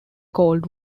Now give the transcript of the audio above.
cold